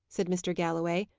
said mr. galloway,